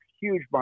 huge